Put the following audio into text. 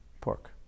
Pork